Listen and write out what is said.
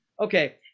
Okay